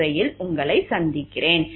நன்றி